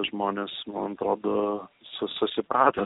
žmonės man atrodo su susiprato